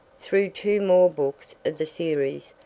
through two more books of the series,